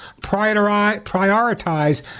prioritize